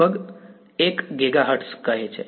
લગભગ 1 ગીગાહર્ટ્ઝ કહે છે